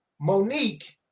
Monique